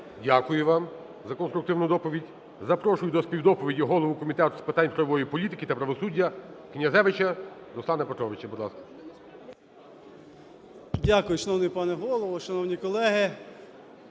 Дякую вам за конструктивну доповідь. Запрошую до співдоповіді голову Комітету з питань правової політики та правосуддя Князевича Руслана Петровича. Будь ласка.